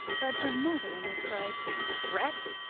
but her mother only cried wretch!